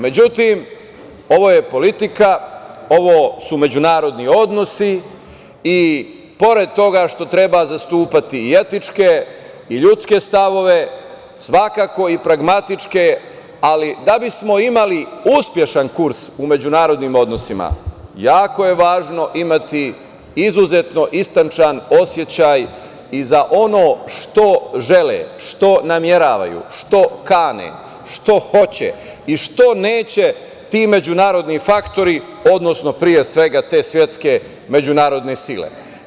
Međutim, ovo je politika, ovo su međunarodni odnosi i pored toga što treba zastupati i etičke i ljudske stavove, svakako i pragmatičke, ali da bismo imali uspešan kurs u međunarodnim odnosima jako je važno imati izuzetno istančan osećaj i za ono što žele, što nameravaju, što kane, što hoće i što neće ti međunarodni faktori, odnosno pre svega te svetske međunarodne sile.